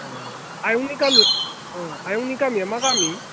ओ आयंनि गामिया मा गामि